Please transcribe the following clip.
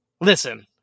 Listen